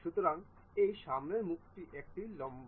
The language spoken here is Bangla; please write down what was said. সুতরাং এই সামনের মুখটি একটি লম্ব